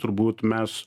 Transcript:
turbūt mes